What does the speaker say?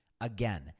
Again